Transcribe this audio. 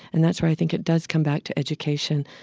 and that's where i think it does come back to education.